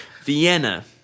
Vienna